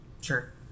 Sure